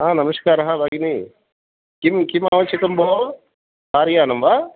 ह नमस्कारः भगिनी किं किम् आवश्यकं भोः कार् यानं वा